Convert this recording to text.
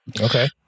Okay